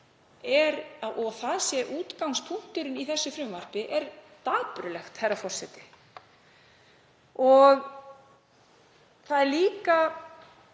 að það sé útgangspunkturinn í þessu frumvarpi er dapurlegt, herra forseti. Það er líka